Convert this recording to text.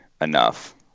enough